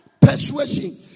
persuasion